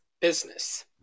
business